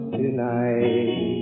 tonight